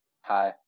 Hi